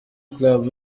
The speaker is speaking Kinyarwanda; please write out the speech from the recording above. club